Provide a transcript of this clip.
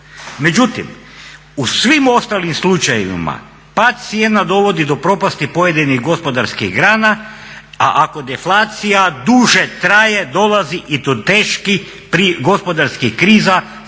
Međutim, u svim ostalim slučajevima pad cijena dovodi do propasti pojedinih gospodarskih grana a ako deflacija duže traje dolazi i do teških gospodarskih kriza,